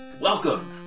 Welcome